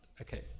Okay